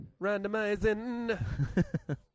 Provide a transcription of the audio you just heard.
Randomizing